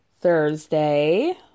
Thursday